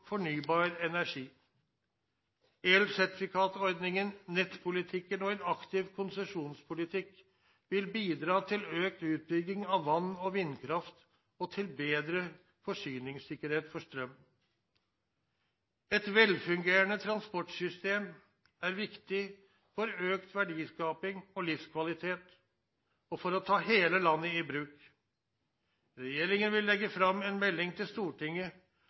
fornybar energi. El-sertifikatordningen, nettpolitikken og en aktiv konsesjonspolitikk vil bidra til økt utbygging av vann- og vindkraft og til bedre forsyningssikkerhet for strøm. Et velfungerende transportsystem er viktig for økt verdiskaping og livskvalitet, og for å ta hele landet i bruk. Regjeringen vil legge fram en melding til Stortinget